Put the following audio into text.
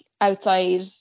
outside